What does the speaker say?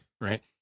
right